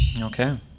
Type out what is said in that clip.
Okay